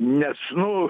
nes nu